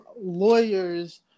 lawyers